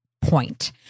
point